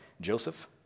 Joseph